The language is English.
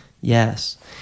Yes